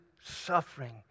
suffering